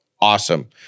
awesome